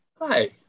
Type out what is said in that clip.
Hi